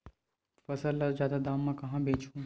फसल ल जादा दाम म कहां बेचहु?